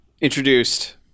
introduced